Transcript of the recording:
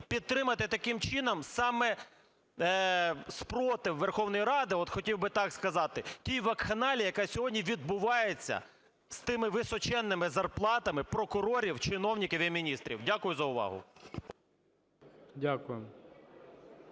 підтримати таким чином саме спротив Верховної Ради, от хотів би так сказати, тій вакханалії, яка сьогодні відбувається з тими височенними зарплатами прокурорів, чиновників і міністрів. Дякую за увагу.